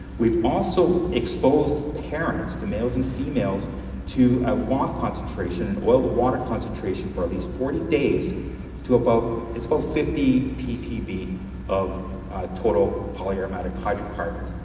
we've also exposed parents the males and females to a waf concentration, an oiled water concentration for at least forty days to about ah fifty ppb of total poly-aromatic hydrocarbons.